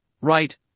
right